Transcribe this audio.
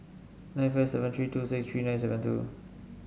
nine five seven three two six three nine seven two